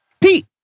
Pete